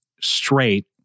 straight